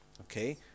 Okay